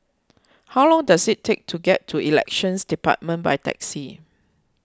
how long does it take to get to Elections Department by taxi